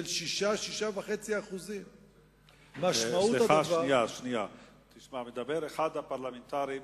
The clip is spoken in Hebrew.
של 6% 6.5%. סליחה, מדבר אחד הפרלמנטרים